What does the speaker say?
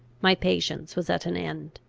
my patience was at an end.